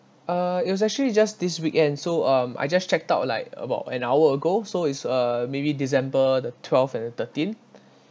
uh it was actually just this weekend so um I just checked out like about an hour ago so it's uh maybe december the twelfth and the thirteenth